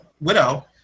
widow